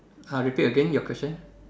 ah repeat again your question